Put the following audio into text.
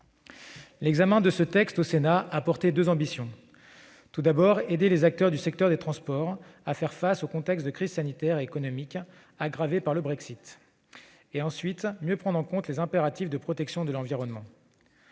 L'examen de ce texte au Sénat a porté deux ambitions. Tout d'abord, aider les acteurs du secteur des transports à faire face au contexte de crise sanitaire et économique, aggravé par le Brexit. Ensuite, mieux prendre en compte les impératifs de protection de l'environnement.